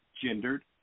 gendered